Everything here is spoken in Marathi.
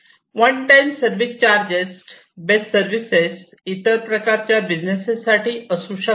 one time service charges best services इतर प्रकारच्या बिझनेस साठी असू शकतात